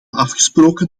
afgesproken